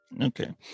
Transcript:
Okay